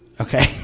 okay